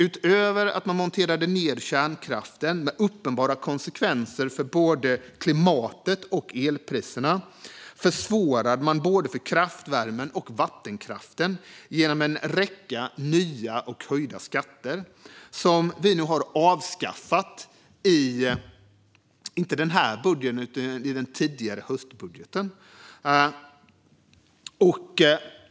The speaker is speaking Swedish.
Utöver att man monterade ned kärnkraften, med uppenbara konsekvenser för både klimatet och elpriserna, försvårade man för kraftvärmen och för vattenkraften genom en räcka nya och höjda skatter, som vi avskaffade i den tidigare höstbudgeten.